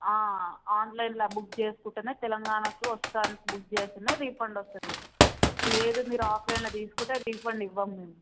ఆన్లైన్లో బుక్ చేసుకుంటే తెలంగాణకు వస్తానికి బుక్ చేస్తే రీఫండ్ వస్తుంది లేదు మీరు ఆఫ్లైన్లో తీసుకుంటే రీఫండ్ ఇవ్వం మేము